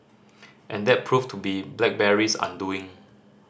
and that proved to be BlackBerry's undoing